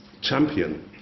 champion